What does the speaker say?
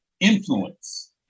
influence